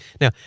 Now